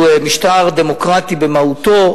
הוא דמוקרטי במהותו,